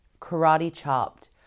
karate-chopped